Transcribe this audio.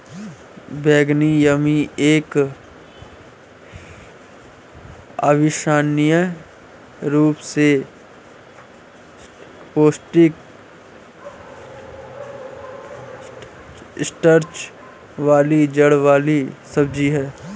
बैंगनी यामी एक अविश्वसनीय रूप से पौष्टिक स्टार्च वाली जड़ वाली सब्जी है